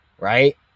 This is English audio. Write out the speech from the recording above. Right